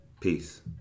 Peace